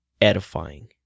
edifying